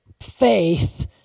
faith